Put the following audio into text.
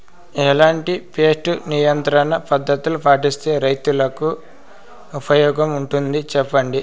ఎట్లాంటి పెస్ట్ నియంత్రణ పద్ధతులు పాటిస్తే, రైతుకు ఉపయోగంగా ఉంటుంది సెప్పండి?